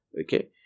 Okay